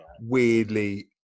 weirdly